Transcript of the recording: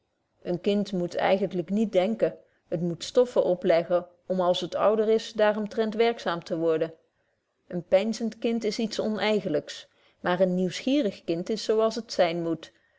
een kind moet eigentlyk niet denken het moet stoffen opleggen om als het ouder is daar omtrent werkzaam te worden een peinzend kind is iets onëigens maar een nieuwsgierig kind is zo als het zyn moet